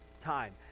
time